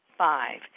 Five